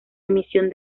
emisión